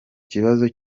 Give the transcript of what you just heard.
kibazo